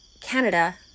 Canada